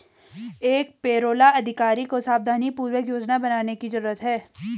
एक पेरोल अधिकारी को सावधानीपूर्वक योजना बनाने की जरूरत है